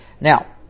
Now